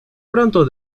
pronto